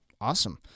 awesome